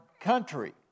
country